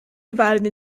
divided